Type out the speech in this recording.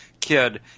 kid